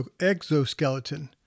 exoskeleton